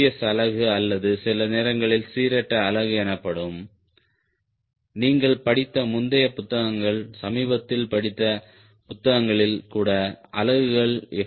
S அலகு அல்லது சில நேரங்களில் சீரற்ற அலகு எனப்படும் நீங்கள் படித்த முந்தைய புத்தகங்கள் சமீபத்திய படித்த புத்தகங்களில் கூட அலகுகள் எஃப்